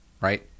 right